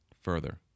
further